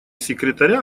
секретаря